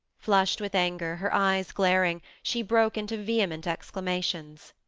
flushed with anger, her eyes glaring, she broke into vehement exclamations.